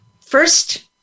first